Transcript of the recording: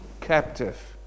captive